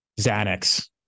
Xanax